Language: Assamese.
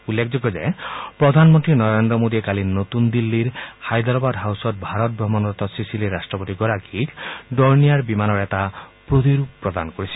উল্লেখযোগ্য যে প্ৰধানমন্ত্ৰী নৰেন্দ্ৰ মোডীয়ে কালি নতুন দিল্লীখ্থিত হায়দৰাবাদ হাউছত ভাৰত ভ্ৰমণৰত ছীচিলিৰ ৰাষ্ট্ৰপতিগৰাকীক ডৰনিয়াৰ বিমানৰ এটা প্ৰতিৰূপ প্ৰদান কৰিছে